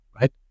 right